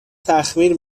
تخمیر